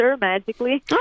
magically